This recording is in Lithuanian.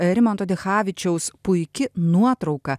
rimanto dichavičiaus puiki nuotrauka